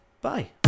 Bye